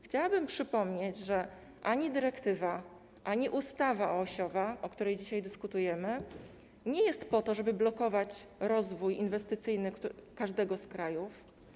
Chciałabym przypomnieć, że ani dyrektywa, ani ustawa osiowa, o której dzisiaj dyskutujemy, nie są po to, żeby blokować rozwój inwestycyjny każdego z krajów.